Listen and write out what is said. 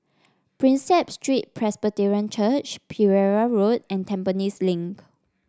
Prinsep Street Presbyterian Church Pereira Road and Tampines Link